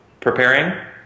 preparing